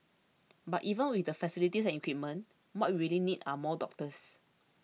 but even with the facilities and equipment what we really need are more doctors